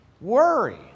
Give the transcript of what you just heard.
worry